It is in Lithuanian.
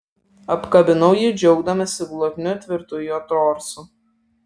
apkabinau jį džiaugdamasi glotniu tvirtu jo torsu